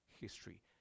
history